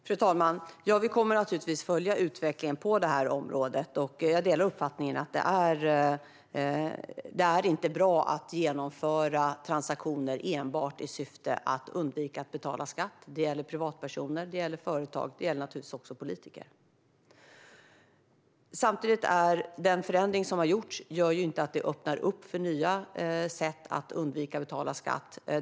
Fru talman! Vi kommer naturligtvis att följa utvecklingen på det här området. Jag delar uppfattningen att det inte är bra att genomföra transaktioner enbart i syfte att undvika att betala skatt. Det gäller privatpersoner, det gäller företag och det gäller naturligtvis också politiker. Samtidigt gör inte den förändring som har gjorts att det öppnas för nya sätt att undvika att betala skatt.